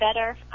better